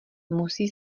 musí